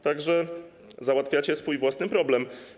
Tak że załatwiacie swój własny problem.